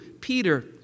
Peter